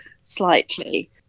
slightly